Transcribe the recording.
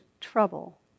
trouble